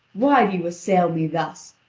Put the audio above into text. why do you assail me thus,